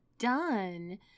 done